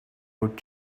would